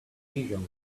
visions